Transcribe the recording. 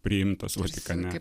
priimtas vatikane